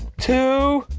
two,